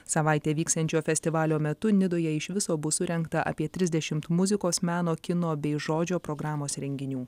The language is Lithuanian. savaitę vyksiančio festivalio metu nidoje iš viso bus surengta apie trisdešimt muzikos meno kino bei žodžio programos renginių